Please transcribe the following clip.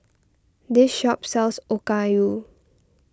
this shop sells Okayu